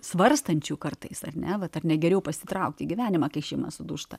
svarstančių kartais ar ne ar negeriau pasitraukti į gyvenimą kai šeima sudūžta